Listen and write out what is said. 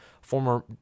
Former